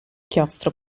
chiostro